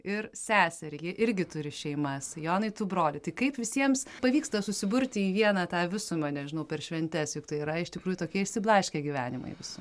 ir seserį ji irgi turi šeimas jonai tu brolį tai kaip visiems pavyksta susiburti į vieną tą visumą nežinau per šventes juk tai yra iš tikrųjų tokie išsiblaškę gyvenimai visų